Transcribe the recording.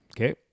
Okay